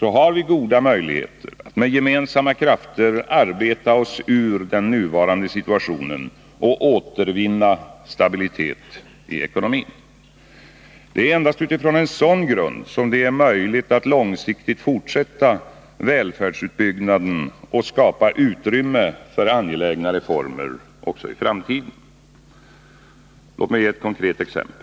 har vi goda möjligheter att med gemensamma krafter arbeta oss ur den nuvarande situationen och återvinna stabilitet i ekonomin. Det är endast utifrån en sådan grund som det är möjligt att långsiktigt fortsätta välfärdsutbyggnaden och skapa utrymme för angelägna reformer även i framtiden. Låt mig ge ett konkret exempel.